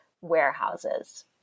warehouses